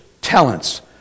talents